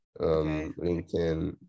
LinkedIn